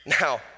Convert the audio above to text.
Now